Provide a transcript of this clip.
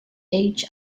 age